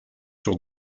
sur